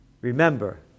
remember